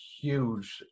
huge